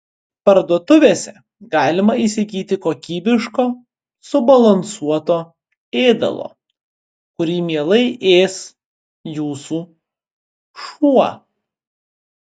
parduotuvėse galima įsigyti kokybiško subalansuoto ėdalo kurį mielai ės jūsų šuo